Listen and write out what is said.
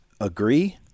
Agree